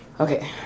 okay